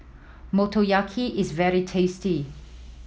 motoyaki is very tasty